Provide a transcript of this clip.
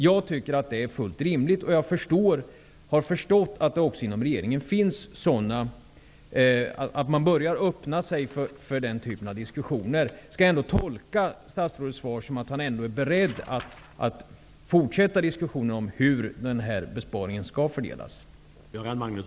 Jag tycker att det är fullt rimligt, och jag har förstått att man också inom regeringen börjar öppna sig för den typen av diskussioner. Skall jag tolka statsrådets svar som att han ändå är beredd att fortsätta diskussionerna om hur den här besparingen skall fördelas?